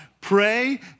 Pray